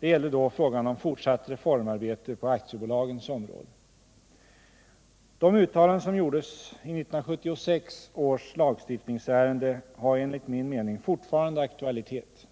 Det gällde då frågan om fortsatt reformarbete på aktiebolagens område. De uttalanden som gjordes i 1976 års lagstiftningsärende har enligt min mening fortfarande aktualitet.